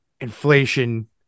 inflation